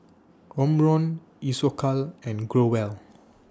Omron Isocal and Growell